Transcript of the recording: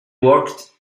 worked